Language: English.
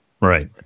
Right